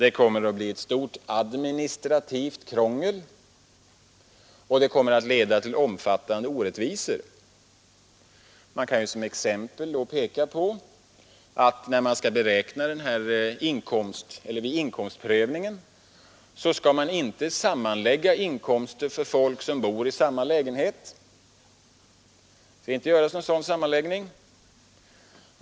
Det kommer att bli ett stort administrativt krångel, och det kommer att leda till omfattande orättvisor. Som exempel kan påpekas att vid inkomstprövningen skall man inte sammanlägga inkomster för folk som bor i samma lägenhet.